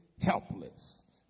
helpless